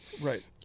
Right